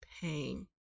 pain